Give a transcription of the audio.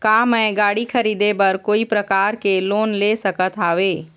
का मैं गाड़ी खरीदे बर कोई प्रकार के लोन ले सकत हावे?